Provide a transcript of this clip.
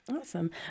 Awesome